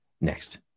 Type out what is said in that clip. Next